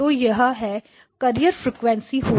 तो यह है कैर्रिएर फ्रीक्वेंसी होगी